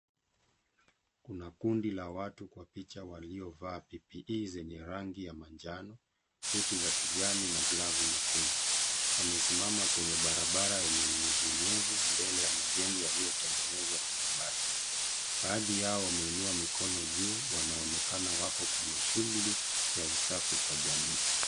Kuna kundi la watu kwa picha waliovaa PPE zenye rangi ya manjano, koti za kijani na glovu nyekundu. Wamesimama kwenye barabara yenye unyevunyevu, mbele ya majengo yaliyotengenezwa kwa mabati. Baadhi yao wameinua mikono juu, wanaonekana wako kwenye shughuli ya usafi kwa jamii.